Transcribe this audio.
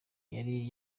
yari